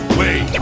wait